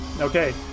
Okay